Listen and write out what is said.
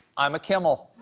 i'm a kimmel.